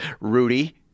Rudy